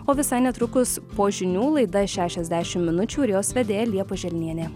o visai netrukus po žinių laida šešiasdešim minučių ir jos vedėja liepa želnienė